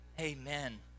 amen